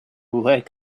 work